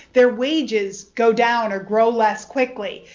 their wages go down or grow less quickly.